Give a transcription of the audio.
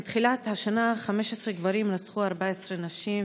מתחילת השנה 15 גברים רצחו 14 נשים ותינוקת.